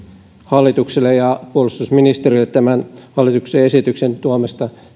hallitukselle ja puolustusministerille tämän hallituksen esityksen